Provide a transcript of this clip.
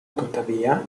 tuttavia